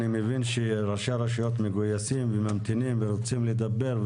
אני מבין שראשי הרשויות מגויסים וממתינים ורוצים לדבר,